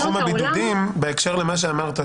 בהקשר למה שאמרת,